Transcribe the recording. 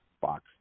Box